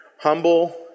humble